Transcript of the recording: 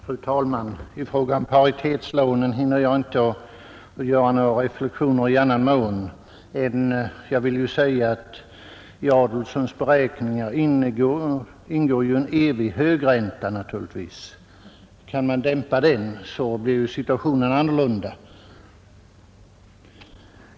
Fru talman! I fråga om paritetslånen hinner jag inte göra några reflexioner i annan mån än att jag vill säga att det i herr Adolfssons beräkningar naturligtvis ingår en evig högränta. Kan man dämpa den, blir situationen annorlunda.